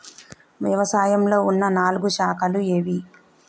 వ్యవసాయంలో ఉన్న నాలుగు శాఖలు ఏవి?